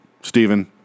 Stephen